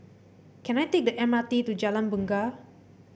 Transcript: can I take the M R T to Jalan Bungar